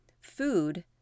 food